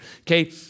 Okay